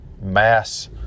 mass